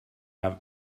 have